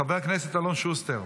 חבר הכנסת חמד עמאר,